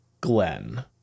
Glenn